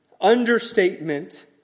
understatement